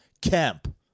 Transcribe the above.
Kemp